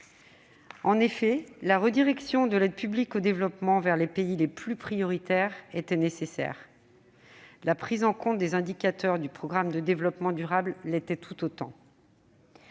En effet, la redirection de l'aide publique au développement vers les pays les plus prioritaires était nécessaire. La prise en compte des indicateurs du programme de développement durable l'était tout autant.